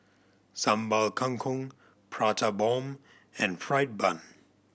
Sambal Kangkong Prata Bomb and fried bun